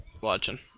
watching